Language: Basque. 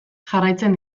jarraitzen